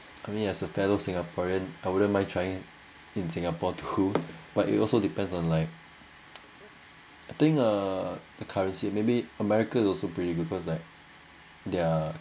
for me as a fellow singaporean I wouldn't mind try in singapore to but it also depends on like I think uh the currency maybe america is also pretty good because like their